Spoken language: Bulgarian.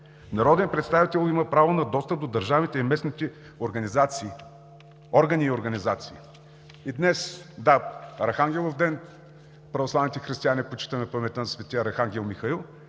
Народният представител има право на достъп до държавните и местните органи и организации.“ Днес е Арахангеловден и православните християни почитаме паметта на Свети Арахангел Михаил,